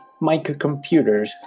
microcomputers